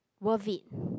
worth it